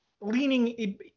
leaning